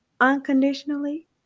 unconditionally